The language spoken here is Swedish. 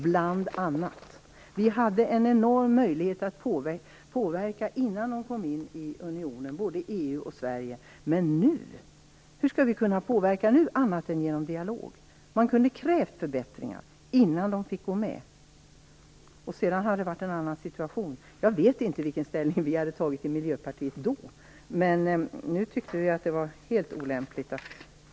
Både EU och Sverige hade en enorm möjlighet att påverka innan Turkiet kom in i unionen, men hur skall vi kunna påverka nu annat är genom dialog? Man kunde krävt förbättringar innan de fick få med. Det hade varit en annan situation. Jag vet inte vilken ställning vi hade tagit i Miljöpartiet då, men nu tyckte vi att det var helt olämpligt att Turkiet skulle gå med.